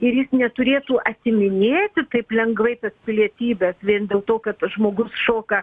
ir jis neturėtų atsiminėti taip lengvai tas pilietybes vien dėl to kad tas žmogus šoka